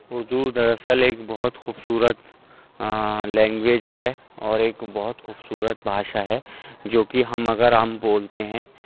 اردو در اصل ایک بہت خوبصورت لینگویج ہے اور ایک بہت خوبصورت بھاشا ہے جو کہ ہم اگر ہم بولتے ہیں